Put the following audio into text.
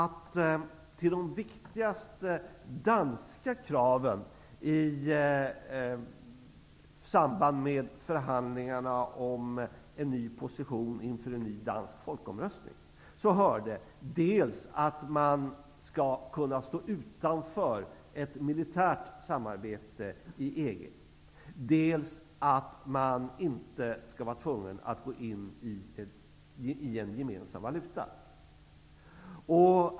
Till de viktigaste danska kraven i samband med förhandlingarna om en ny position inför en ny dansk folkomröstning hörde dels att man skall kunna stå utanför ett militärt samarbete i EG, dels att man inte skall vara tvungen att gå in under en gemensam valuta.